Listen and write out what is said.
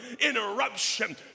interruption